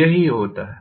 यही होता है